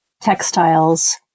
textiles